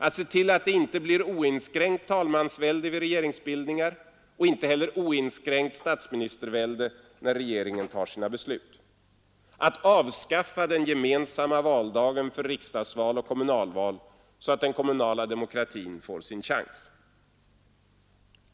Att se till att det inte blir oinskränkt talmansvälde vid regeringsbildningar och inte heller oinskränkt statsministervälde när regeringen tar sina beslut. Att avskaffa den gemensamma valdagen för riksdagsval och kommunalval så att den kommunala demokratin får sin chans.